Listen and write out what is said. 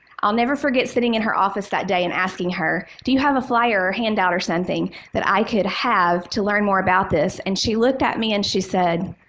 i'll never forget sitting in her office that day and asking her, do you have a flyer or handout or something that i could have to learn more about this? and she looked at me and she said,